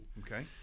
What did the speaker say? Okay